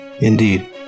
indeed